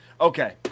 Okay